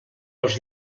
els